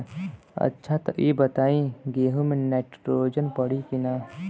अच्छा त ई बताईं गेहूँ मे नाइट्रोजन पड़ी कि ना?